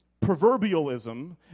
proverbialism